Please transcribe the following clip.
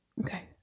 Okay